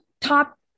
top